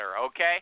okay